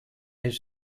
his